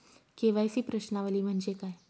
KYC प्रश्नावली म्हणजे काय?